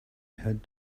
had